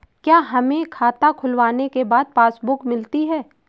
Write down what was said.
क्या हमें खाता खुलवाने के बाद पासबुक मिलती है?